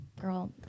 girl